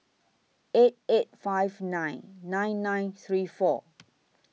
eight eight five nine nine nine three four